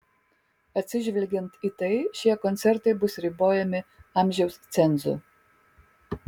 atsižvelgiant į tai šie koncertai bus ribojami amžiaus cenzu